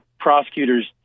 prosecutors